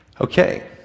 Okay